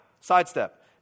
sidestep